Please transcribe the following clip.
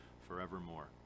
forevermore